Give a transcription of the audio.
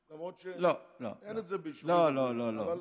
למרות שאין את זה, לא, לא, לא.